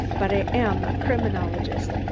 but i am a criminologist,